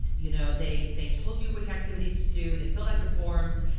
you know, they they told you which activities to do. they filled out your forms.